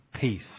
peace